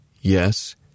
Yes